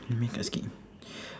the makeup sk~